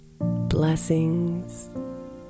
Blessings